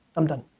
i'm done.